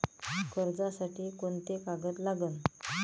कर्जसाठी कोंते कागद लागन?